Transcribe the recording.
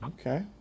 Okay